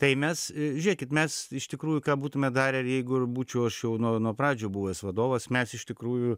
tai mes žiūrėkit mes iš tikrųjų ką būtume darę jeigu ir būčiau aš jau nuo nuo pradžių buvęs vadovas mes iš tikrųjų